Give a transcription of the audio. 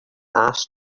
asked